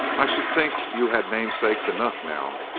i should think you had namesakes enough now!